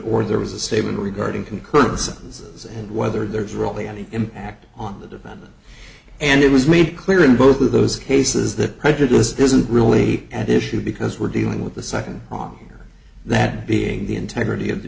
or there was a statement regarding concurrent sentences and whether there's really any impact on the defendant and it was made clear in both of those cases that prejudice isn't really at issue because we're dealing with the second prong that being the integrity of the